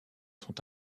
sont